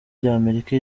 ry’amerika